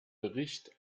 bericht